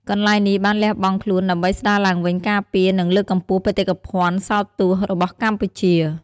កន្លែងនេះបានលះបង់ខ្លួនដើម្បី ស្ដារឡើងវិញ ការពារ និងលើកកម្ពស់បេតិកភណ្ឌសោតទស្សន៍ របស់កម្ពុជា។